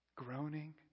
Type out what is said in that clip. groaning